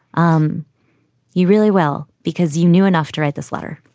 um you really well, because you knew enough to write this letter.